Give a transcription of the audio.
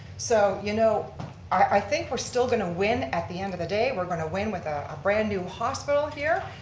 so you know i think we're still going to win at the end of the day. we're going to win with a brand new hospital here,